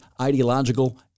ideological